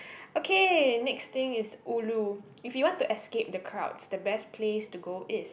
okay next thing is ulu if you want to escape the crowds the best place to go is